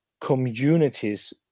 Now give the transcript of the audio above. communities